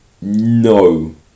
no